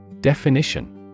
Definition